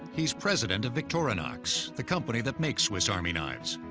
he's president of victorinox, the company that makes swiss army knives.